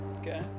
Okay